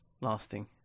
lasting